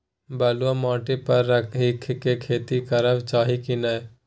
बलुआ माटी पर ईख के खेती करबा चाही की नय?